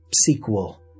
sequel